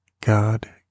God